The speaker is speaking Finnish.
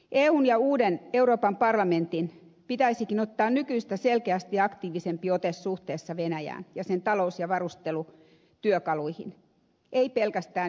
eun ja uuden euroopan parlamentin pitäisikin ottaa nykyistä selkeästi aktiivisempi ote suhteessa venäjään ja sen talous ja varustelutyökaluihin ei pelkästään ympäristöasioihin